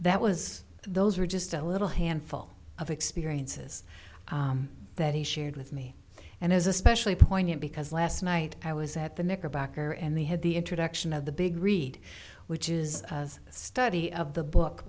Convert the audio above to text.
that was those were just a little handful of experiences that he shared with me and is especially poignant because last night i was at the knickerbocker and they had the introduction of the big read which is a study of the book